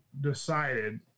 decided